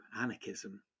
anarchism